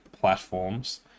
Platforms